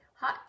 hot